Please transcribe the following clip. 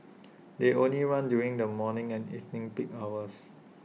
they only run during the morning and evening peak hours